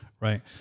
Right